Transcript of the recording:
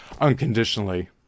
unconditionally